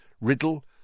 Riddle